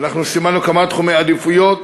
ואנחנו סימנו כמה תחומי עדיפויות,